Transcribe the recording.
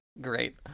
Great